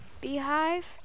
beehive